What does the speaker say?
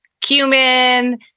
cumin